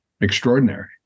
extraordinary